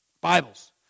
Bibles